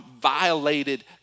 violated